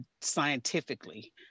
scientifically